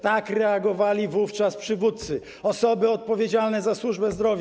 Tak reagowali wówczas przywódcy, osoby odpowiedzialne za służbę zdrowia.